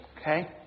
Okay